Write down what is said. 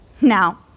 Now